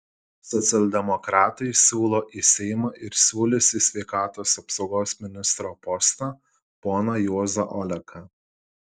socialdemokratai siūlo į seimą ir siūlys į sveikatos apsaugos ministro postą poną juozą oleką